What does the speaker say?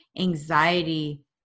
anxiety